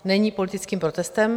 Není politickým protestem.